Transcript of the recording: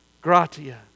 gratia